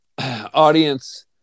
audience